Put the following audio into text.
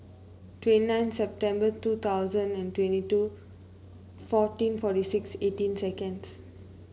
twenty nine September two thousand and twenty two fourteen forty six eighteen seconds